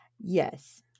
Yes